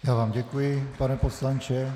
Já vám děkuji, pane poslanče.